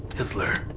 hitler,